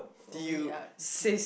we are